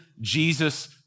Jesus